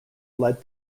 led